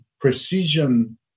precision